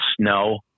Snow